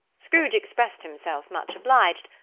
scrooge expressed himself much obliged,